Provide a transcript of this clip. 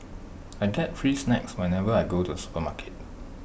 I get free snacks whenever I go to the supermarket